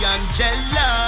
Angela